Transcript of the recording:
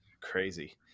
crazy